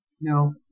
No